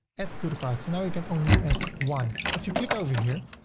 add to the cart. so now you can only add one. if you click over here,